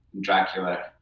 Dracula